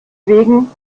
wegen